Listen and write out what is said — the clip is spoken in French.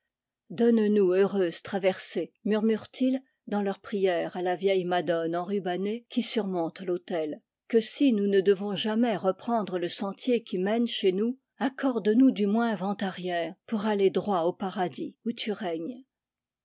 donne-nous heureuse traversée murmurent ils dans leur prière à la vieille madone enrubannée qui surmonte l'autel que si nous ne devons jamais reprendre le sentier qui mène chez nous accorde nous du moins vent arrière pour aller droit au paradis où tu règnes